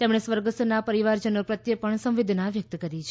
તેમણે સ્વર્ગસ્થના પરિવારજનો પ્રત્યે સંવેદના વ્યક્ત કરી છે